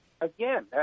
Again